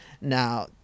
now